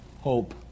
Hope